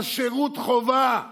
על שירות חובה לערבים.